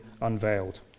unveiled